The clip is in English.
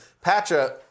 Patra